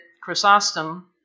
Chrysostom